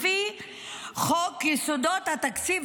לפי חוק יסודות התקציב,